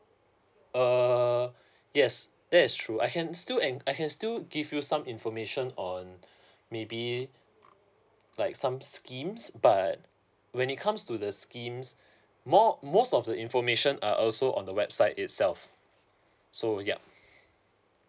err yes that is true I can still I can still give you some information on maybe like some schemes but when it comes to the schemes more most of the information are also on the website itself so yup